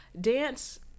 dance